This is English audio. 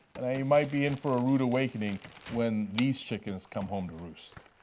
and you might be in for a rude awakening when these chickens come home to roost.